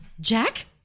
Jack